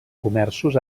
comerços